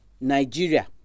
Nigeria